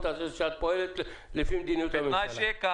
על זה שאת פועלת לפי מדיניות הממשלה.